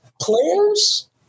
players